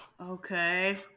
Okay